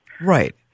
Right